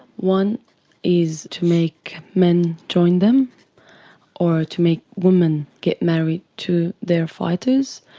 one is to make men join them or to make women get married to their fighters,